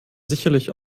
sicherlich